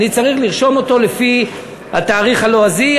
אני צריך לרשום אותו לפי התאריך הלועזי,